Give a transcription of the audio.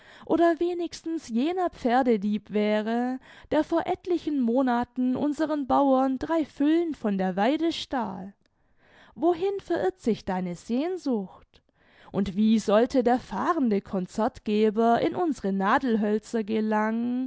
oder wenigstens jener pferdedieb wäre der vor etlichen monaten unseren bauern drei füllen von der waide stahl wohin verirrt sich deine sehnsucht und wie sollte der fahrende concertgeber in unsere nadelhölzer gelangen